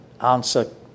answer